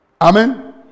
Amen